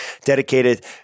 dedicated